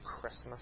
Christmas